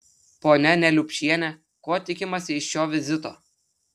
ponia neliupšiene ko tikimasi iš šio vizito